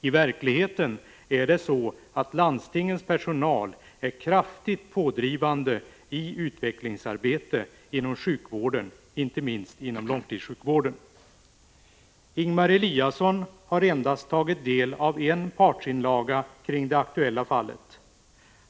I verkligheten är det så att landstingens personal är kraftigt pådrivande i utvecklingsarbete inom sjukvården, inte minst inom långvården. Ingemar Eliasson har endast tagit del av en partsinlaga kring det aktuella fallet.